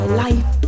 life